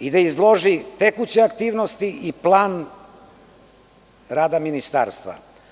i da izloži tekuće aktivnosti i plan rada Ministarstva.